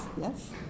yes